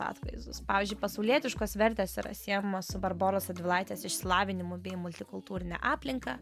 atvaizdus pavyzdžiui pasaulietiškos vertės yra siejamos su barboros radvilaitės išsilavinimu bei multikultūrine aplinka